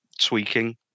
tweaking